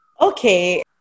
Okay